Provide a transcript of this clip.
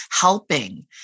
helping